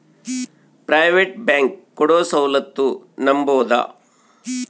Private bank ಕೊಡೊ ಸೌಲತ್ತು ನಂಬಬೋದ?